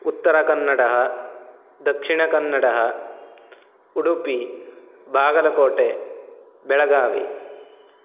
उत्तरकन्नडः दक्षिणकन्नडः उडुपि बागलकोटे बेलगावि